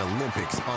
Olympics